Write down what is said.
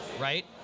right